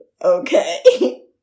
okay